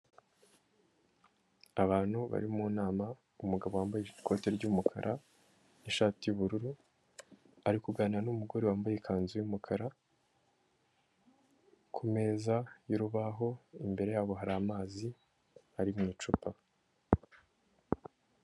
Abantu bari mu nama, umugabo wambaye ikoti ry'umukara ishati y'ubururu, ari kuganira n'umugore wambaye ikanzu y'umukara, ku meza y'urubaho imbere yabo hari amazi ari mu icupa.